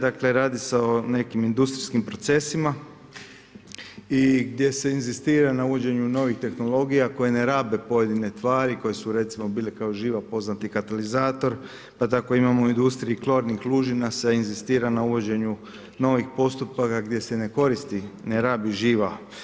Dakle, radi se o nekim industrijskim procesima i gdje se inzistira na uvođenju novih tehnologija koje ne rabe pojedine tvari koje su recimo bile kao živa, poznati katalizator, pa tako imamo i u industriji klornih lužina se inzistira na uvođenju novih postupaka gdje se ne koristi, ne rabi živa.